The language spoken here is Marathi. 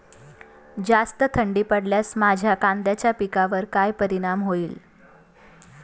जास्त थंडी पडल्यास माझ्या कांद्याच्या पिकावर काय परिणाम होईल?